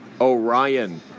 Orion